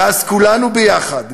ואז כולנו יחד,